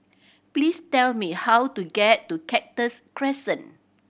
please tell me how to get to Cactus Crescent